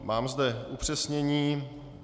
Mám zde upřesnění.